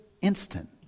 instant